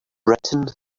written